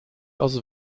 aus